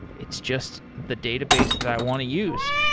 it's just the database that i want to use.